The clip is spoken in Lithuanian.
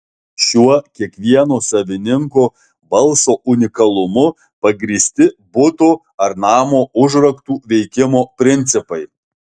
šiuo kiekvieno savininko balso unikalumu pagrįsti buto ar namo užraktų veikimo principai